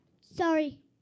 Sorry